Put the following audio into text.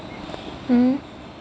hmm